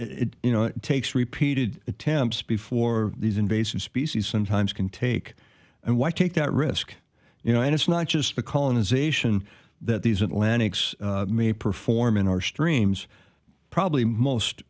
it takes repeated attempts before these invasive species sometimes can take and why take that risk you know and it's not just the colonization that these atlantics may perform in our streams probably most